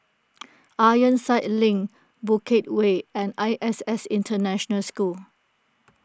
Ironside Link Bukit Way and I S S International School